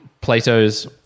Plato's